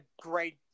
great